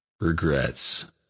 regrets